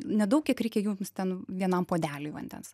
nedaug kiek reikia jums ten vienam puodeliui vandens